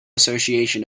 association